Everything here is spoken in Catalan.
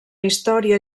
història